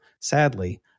sadly